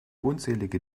unzählige